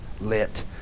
lit